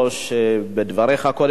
בדבריך קודם אמרת,